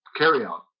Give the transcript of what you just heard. carryout